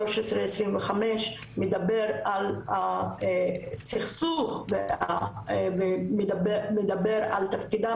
1325 מדבר על הסכסוך ומדבר על תפקידן